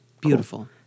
Beautiful